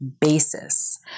basis